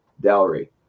Dowry